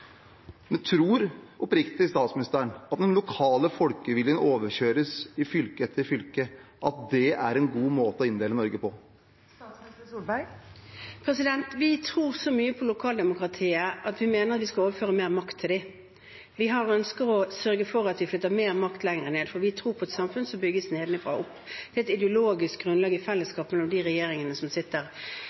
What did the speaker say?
Tror statsministeren oppriktig talt, når den lokale folkeviljen overkjøres i fylke etter fylke, at dette er en god måte å inndele Norge på? Vi tror så mye på lokaldemokratiet at vi mener vi skal overføre mer makt til det. Vi har ønsket å sørge for at vi flytter mer makt lenger ned, for vi tror på et samfunn som bygges nedenifra og opp. Det er et ideologisk grunnlag, i fellesskap mellom de partiene som sitter